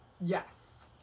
yes